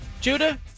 Judah